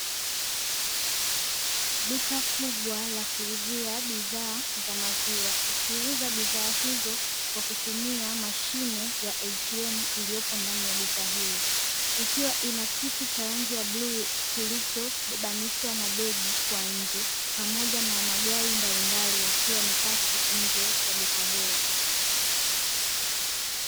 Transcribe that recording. Duka kubwa la kuuzia bidhaa za maziwa ikiuza bidhaa hizo kwa kutumia mashine ya ATM iliyopo ndani ya duka hilo, ikiwa ina kiti cha rangi ya bluu kilichobebanishwa na begi kwa nje. Pamoja na magari mbalimbali yakiwa yamepaki nje ya duka hilo.